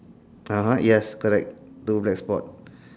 (uh huh) yes correct two black spot